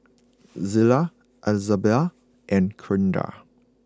Zillah Izabella and Kindra